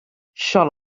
shall